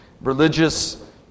religious